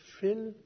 fill